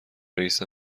رییس